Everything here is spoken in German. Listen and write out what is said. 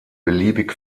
beliebig